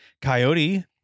coyote